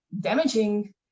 damaging